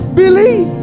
believe